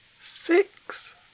Six